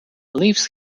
leaves